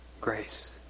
grace